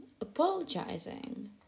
apologizing